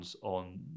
on